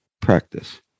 practice